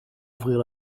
ouvrir